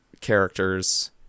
characters